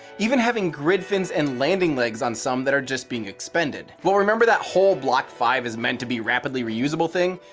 even having grid fins and landing legs on some that are being expended. well remember that whole block five is meant to be rapidly reusable thing?